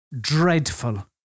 dreadful